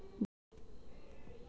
ಬಿತ್ತನೆ ಮಾಡಲು ಯಾವ ಕೂರಿಗೆ ಚೊಕ್ಕವಾಗಿದೆ?